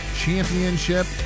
championship